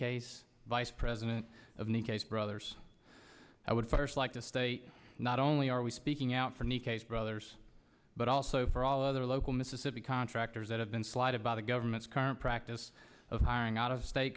case vice president of the case brothers i would first like this they not only are we speaking out from the case brothers but also for all other local mississippi contractors that have been slighted by the government's current practice of hiring out of state